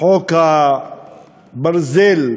חוק הברזל,